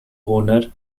owner